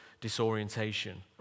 disorientation